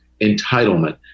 Entitlement